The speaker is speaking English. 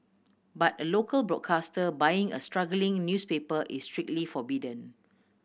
but a local broadcaster buying a struggling newspaper is strictly forbidden